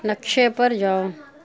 نقشے پر جاؤ